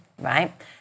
right